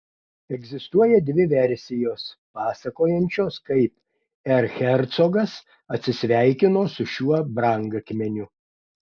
egzistuoja dvi versijos pasakojančios kaip erchercogas atsisveikino su šiuo brangakmeniu